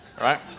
right